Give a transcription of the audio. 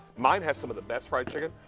mine has some of the best fried chicken,